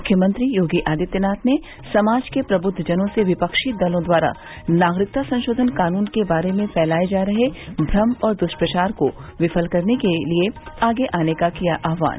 मुख्यमंत्री योगी आदित्यनाथ ने समाज के प्रब्द्वजनों से विपक्षी दलों द्वारा नागरिकता संशोधन कानून के बारे में फैलाए जा रहे भ्रम और दुष्प्रचार को विफल करने के लिए आगे आने का किया आहवान